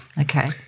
Okay